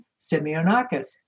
Simeonakis